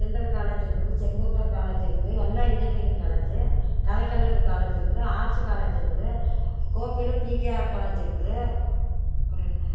Thindal college இருக்குது Sengunthar college இருக்குது எல்லாம் இன்ஜினியரிங் காலேஜ் கலைக் கல்லூரி காலேஜ் இருக்குது ஆர்ட்ஸ் காலேஜ் இருக்குது கோபியில் பிகேஆர் காலேஜ் இருக்குது அப்புறம் என்ன